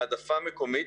העדפה מקומית,